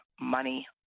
money